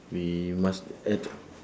we must add